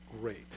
great